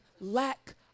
lack